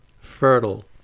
fertile